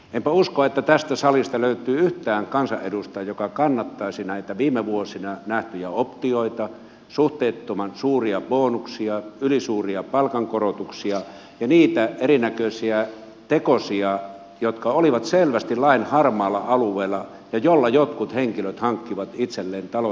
enpä usko että tästä salista löytyy yhtään kansanedustajaa joka kannattaisi näitä viime vuosina nähtyjä optioita suhteettoman suuria bonuksia ylisuuria palkankorotuksia ja niitä erinäköisiä tekosia jotka olivat selvästi lain harmaalla alueella ja joilla jotkut henkilöt hankkivat itselleen taloudellista etua